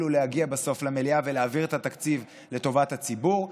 להגיע בסוף למליאה ולהעביר את התקציב לטובת הציבור,